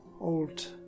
old